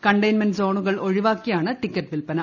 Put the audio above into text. containment സോണുകൾ ഒഴിവാക്കിയാണ് ticket വിൽപ്പന